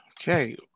Okay